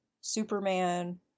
Superman